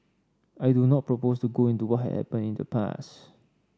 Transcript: I do not propose to go into what had happened in the past